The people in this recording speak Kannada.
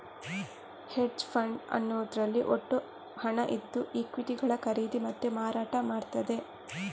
ಹೆಡ್ಜ್ ಫಂಡ್ ಅನ್ನುದ್ರಲ್ಲಿ ಒಟ್ಟು ಹಣ ಇದ್ದು ಈಕ್ವಿಟಿಗಳ ಖರೀದಿ ಮತ್ತೆ ಮಾರಾಟ ಮಾಡ್ತದೆ